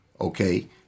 okay